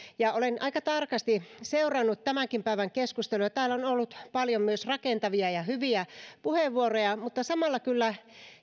ja olen aika tarkasti seurannut tämänkin päivän keskusteluja täällä on ollut paljon myös rakentavia ja hyviä puheenvuoroja mutta samalla kyllä